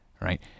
right